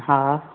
हा